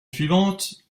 suivante